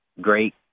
Great